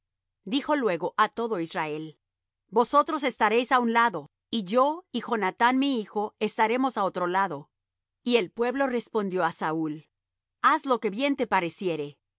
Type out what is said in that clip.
dijo luego á todo israel vosotros estaréis á un lado y yo y jonathán mi hijo estaremos á otro lado y el pueblo respondió á saúl haz lo que bien te pareciere